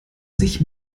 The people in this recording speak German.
sich